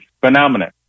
phenomenon